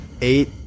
eight